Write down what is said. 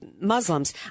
Muslims